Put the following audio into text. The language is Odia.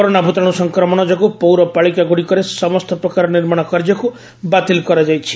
କରୋନା ଭୂତାଣୁ ସଂକ୍ରମଣ ଯୋଗୁଁ ପୌରପାଳିକାଗୁଡ଼ିକରେ ସମସ୍ତ ପ୍ରକାର ନିର୍ମାଣ କାର୍ଯ୍ୟକୁ ବାତିଲ କରାଯାଇଛି